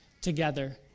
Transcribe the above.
together